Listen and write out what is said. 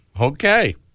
Okay